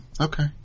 Okay